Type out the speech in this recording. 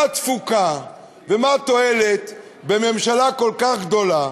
מה התפוקה ומה התועלת בממשלה כל כך גדולה,